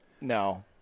No